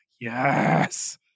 yes